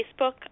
Facebook